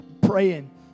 praying